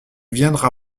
viendra